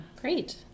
Great